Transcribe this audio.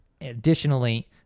additionally